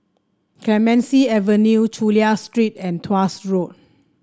Clemenceau Avenue Chulia Street and Tuas Road